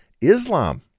Islam